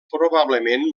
probablement